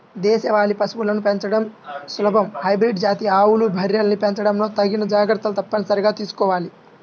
దేశవాళీ పశువులను పెంచడం సులభం, హైబ్రిడ్ జాతి ఆవులు, బర్రెల్ని పెంచడంలో తగిన జాగర్తలు తప్పనిసరిగా తీసుకోవాల